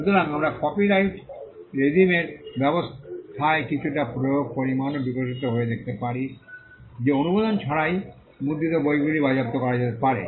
সুতরাং আমরা কপিরাইট রেজিমের ব্যবস্থায় কিছুটা প্রয়োগের পরিমাণও বিকশিত হয়ে দেখতে পারি যে অনুমোদন ছাড়াই মুদ্রিত বইগুলি বাজেয়াপ্ত করা যেতে পারে